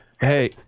Hey